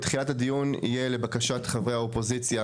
תחילת הדיון יהיה לבקשת חברי האופוזיציה,